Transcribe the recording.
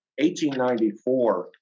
1894